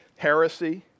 heresy